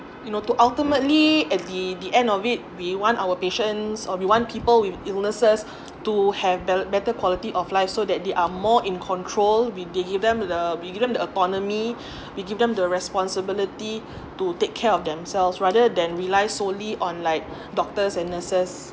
you know to ultimately at the the end of it we want our patients or we want people with illnesses to have be~ better quality of life so that they are more in control we they give them the we give them the autonomy we give them the responsibility to take care of themselves rather than rely solely on like doctors and nurses